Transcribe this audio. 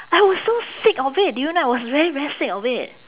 I was so sick of it do you know I was very very sick of it